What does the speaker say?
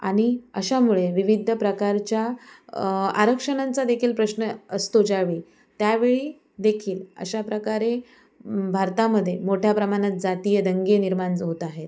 आणि अशामुळे विविध प्रकारच्या आरक्षणांचा देखील प्रश्न असतो ज्या वेळी त्या वेळी देखील अशा प्रकारे भारतामध्ये मोठ्या प्रमाणात जातीय दंगे निर्माणज होत आहेत